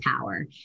power